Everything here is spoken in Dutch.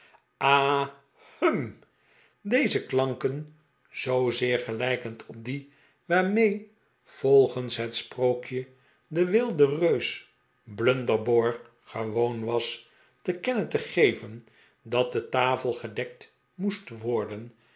ha hm deze klanken zoozeer gelijkend op die waarmee volgens het sprookje de wilde reus blunderbore gewoon was te kennen te geven dat de tafel gedekt moest worden